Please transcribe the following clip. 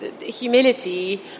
humility